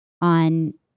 on